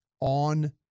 on